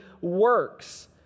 works